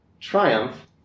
triumph